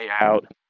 out